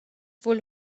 wohl